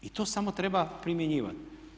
I to samo treba primjenjivati.